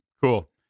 Cool